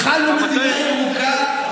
התחלנו מדינה ירוקה,